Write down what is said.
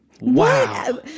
Wow